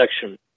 section